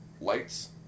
Lights